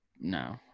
no